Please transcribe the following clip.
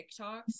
TikToks